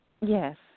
Yes